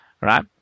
right